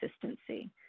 consistency